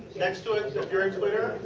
next to it so,